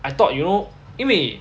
I thought you know 因为